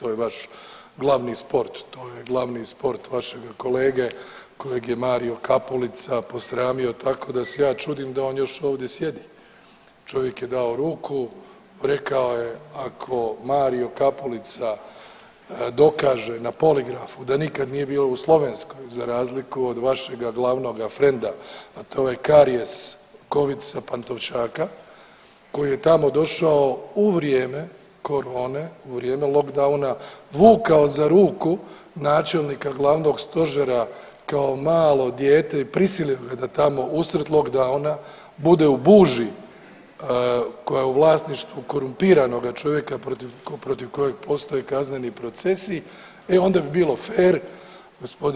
To je vaš glavni sport, to je glavni sport vašega kolega kojeg je Mario Kapulica posramio tako da se ja čudim da on još ovdje sjedi, čovjek je dao ruku, rekao je ako Mario Kapulica dokaže na poligrafu da nikad nije bio u Slovenskoj za razliku od vašega glavnoga frenda, a to je ovaj karijes covid sa Pantovčaka koji je tamo došao u vrijeme korone, u vrijeme lockdowna, vukao za ruku načelnika glavnog stožera kao malo dijete i prisilio ga da tamo usred lockdowna bude u buži koja je u vlasništvu korumpiranoga čovjeka protiv kojeg postoje kazneni procesi e onda bi bilo fer